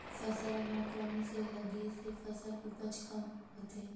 फसल म कोन से लगे से फसल उपज कम होथे?